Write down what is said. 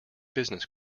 business